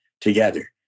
together